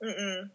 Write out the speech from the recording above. Mm-mm